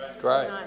great